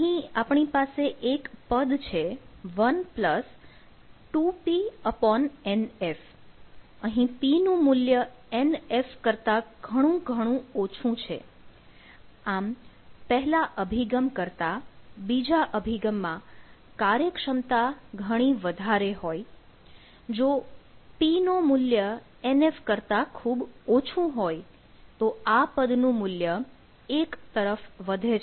અહીં આપણી પાસે એક પદ છે 12pnfઅહીં p નું મૂલ્ય nf કરતા ઘણું ઘણું ઓછું છે આમ પહેલા અભિગમ કરતાં બીજા અભિગમમાં કાર્યક્ષમતા ઘણી વધારે હોય જો p નો મૂલ્ય nf કરતાં ખૂબ ઓછું હોય તો આ પદ નું મૂલ્ય 1 તરફ વધે છે